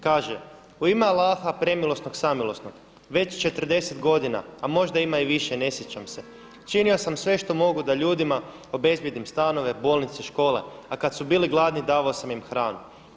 Kaže „U ime Allaha premilosnog, samilosnog već 40 godina a možda ima i više ne sjećam se činio sam sve što mogu da ljudima obezbijedim stanove, bolnice, škole a kad su bili gladni davao sam ih hranu.